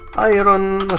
iron ah